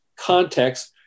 context